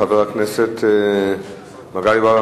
חבר הכנסת מגלי והבה?